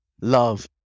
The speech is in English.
love